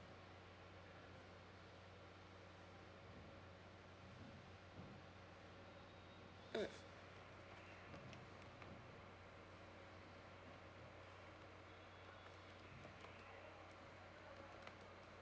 mm